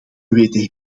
weten